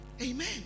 Amen